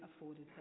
afforded